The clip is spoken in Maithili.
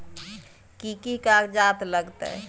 कि कि कागजात लागतै?